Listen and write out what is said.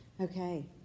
Okay